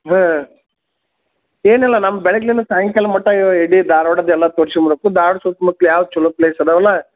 ಹಾಂ ಏನಿಲ್ಲ ನಮ್ಮ ಬೆಳಗ್ನಿಂದ ಸಾಯಂಕಾಲ ಮಟ್ಟ ಇಡೀ ಧಾರವಾಡದ ಎಲ್ಲ ತೋರಿಸ್ಕೊಂಡು ಬಿಡಬೇಕು ಧಾರವಾಡ ಸುತ್ತ ಮುತ್ಲು ಯಾವ ಚಲೋ ಪ್ಲೇಸ್ ಇದಾವಲ್ಲ